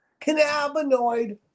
Cannabinoid